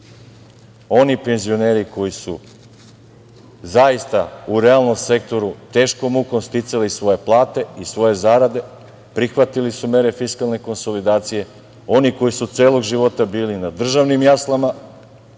Oni penzioneri koji su zaista u realnom sektoru teškom mukom sticali svoje plate i svoje zarade, prihvatili su mere fiskalne konsolidacije. Oni koji su celog života bili na državnim jaslama,